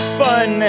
fun